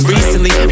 Recently